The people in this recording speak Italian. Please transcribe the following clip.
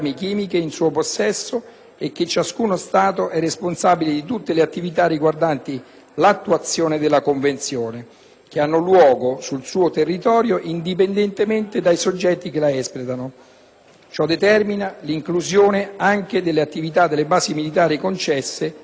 che hanno luogo sul suo territorio, indipendentemente dai soggetti che le espletano. Ciò determina l'inclusione anche delle attività delle basi militari concesse ai Paesi alleati nel territorio nazionale. L'effettività della Convenzione di Parigi